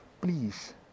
please